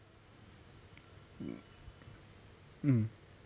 mm mm